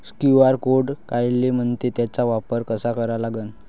QR code कायले म्हनते, त्याचा वापर कसा करा लागन?